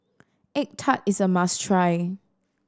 egg tart is a must try